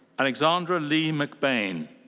alexandra lee mcbain.